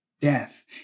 death